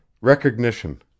Recognition